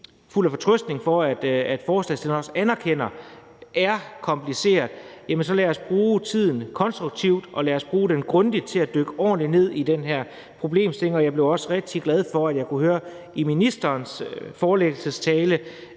fuld af fortrøstning, med hensyn til at forslagsstillerne også anerkender, at det er kompliceret: Lad os bruge tiden konstruktivt, og lad os bruge den grundigt til at dykke ordentligt ned i den her problemstilling. Jeg blev også rigtig glad for, at jeg kunne høre i ministerens tale,